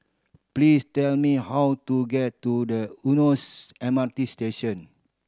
please tell me how to get to the Eunos M R T Station